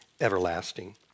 everlasting